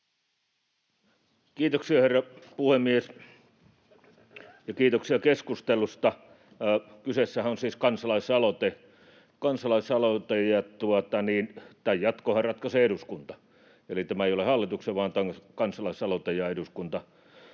Kiitoksia, herra puhemies! Kiitoksia keskustelusta. — Kyseessähän on siis kansalaisaloite, ja tämän jatkonhan ratkaisee eduskunta. Eli tämä ei ole hallituksen vaan tämä on kansalaisaloite, ja eduskunta